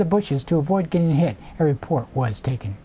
the bushes to avoid getting hit a report was taken